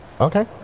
Okay